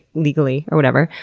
legally, or whatever.